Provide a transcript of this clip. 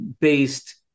based